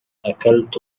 أكلت